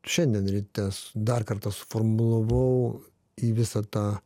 šiandien ryte dar kartą suformulavau į visą tą